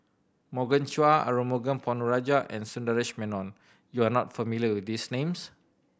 Morgan Chua Arumugam Ponnu Rajah and Sundaresh Menon you are not familiar with these names